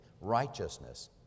righteousness